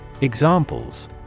Examples